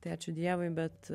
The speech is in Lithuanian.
tai ačiū dievui bet